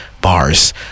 Bars